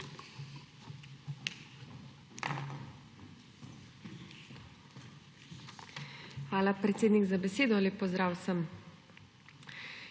Hvala, predsednik, za besedo. Lep pozdrav vsem!